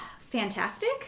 Fantastic